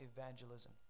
evangelism